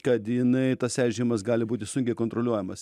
kad jinai tas eižėjimas gali būti sunkiai kontroliuojamas